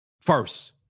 first